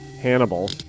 Hannibal